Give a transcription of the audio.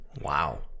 wow